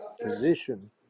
position